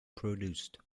produced